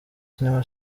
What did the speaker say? cinema